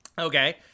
Okay